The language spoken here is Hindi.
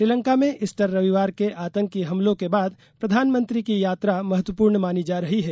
श्रीलंका में ईस्टर रविवार के आंतकी हमलों के बाद प्रधानमंत्री की यात्रा महत्वपूर्ण मानी जा रही है